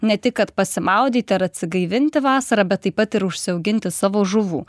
ne tik kad pasimaudyti ar atsigaivinti vasarą bet taip pat ir užsiauginti savo žuvų